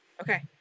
Okay